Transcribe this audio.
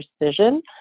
precision